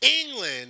England